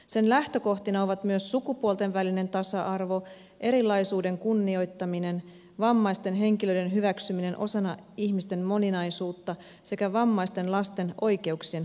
sen lähtökohtina ovat myös sukupuolten välinen tasa arvo erilaisuuden kunnioittaminen vammaisten henkilöiden hyväksyminen osana ihmisten moninaisuutta sekä vammaisten lasten oikeuksien kunnioittaminen